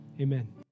Amen